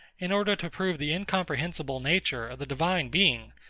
in order to prove the incomprehensible nature of the divine being,